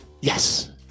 Yes